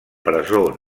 presó